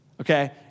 okay